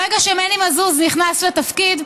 ברגע שמני מזוז נכנס לתפקיד,